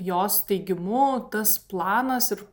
jos teigimu tas planas ir